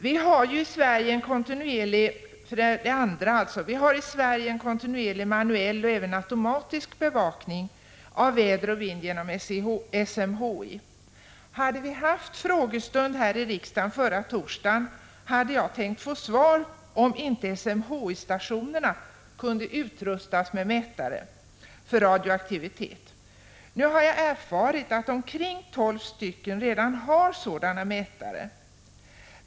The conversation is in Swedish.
Vi har i Sverige en kontinuerlig manuell och även automatisk bevakning av väder och vind genom SMHI. Om vi hade haft frågestund här i riksdagen förra torsdagen hade jag då tänkt få svar på om inte SMHI-stationerna kunde utrustas med mätare för radioaktivitet. Nu har jag erfarit att omkring tolv stycken redan har sådana mätare.